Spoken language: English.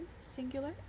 singular